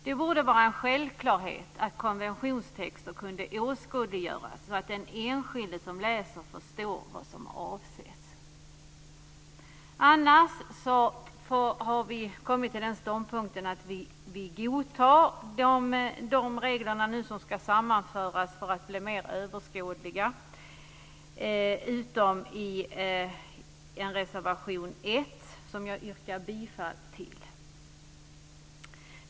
Det borde vara en självklarhet att konventionstexter åskådliggörs så att den enskilde som läser förstår vad som avses. Annars har vi kommit till den ståndpunkten att vi godtar de regler som ska sammanföras för att bli mer överskådliga - utom i reservation 1, som jag yrkar bifall till.